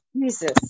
Jesus